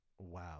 wow